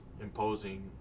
imposing